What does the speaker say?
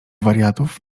wariatów